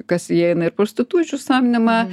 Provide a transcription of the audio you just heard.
kas įeina ir prostitučių samdymą